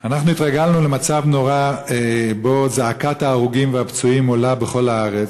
אנחנו התרגלנו למצב נורא שבו זעקת ההרוגים והפצועים עולה בכל הארץ,